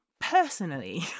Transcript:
personally